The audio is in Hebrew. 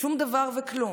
שום דבר וכלום.